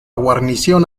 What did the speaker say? guarnición